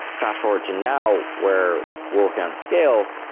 fast-forward to now, we're working on scale.